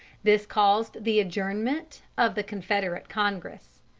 this caused the adjournment of the confederate congress.